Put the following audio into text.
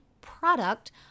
product